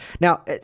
Now